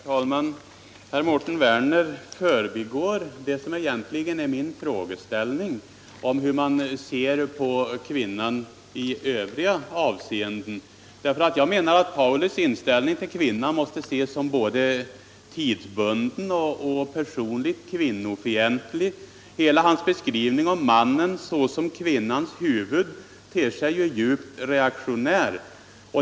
Herr talman! Mårten Werner förbigår det som egentligen är min frågeställning, nämligen hur man ser på kvinnan i övriga avseenden. Jag menar att Pauli inställning till kvinnan måste ses som både tidsbunden och personligt kvinnofientlig. Hela hans beskrivning av mannen såsom kvinnans huvud ter sig som djupt reaktionär.